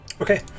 Okay